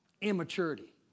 Immaturity